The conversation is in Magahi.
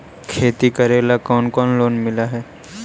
खेती करेला कौन कौन लोन मिल हइ?